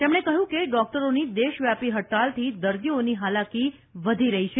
તેમણે કહ્યું કે ડોક્ટરોની દેશવ્યાપી હડતાળથી દર્દીઓની હાલાકી વધી રહી છે